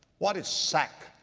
what is sackcloth?